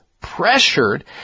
pressured